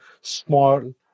small